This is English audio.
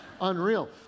unreal